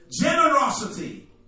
Generosity